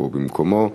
או במקומו,